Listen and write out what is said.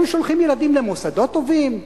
הם שולחים ילדים למוסדות טובים,